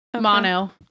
Mono